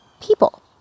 people